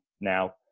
now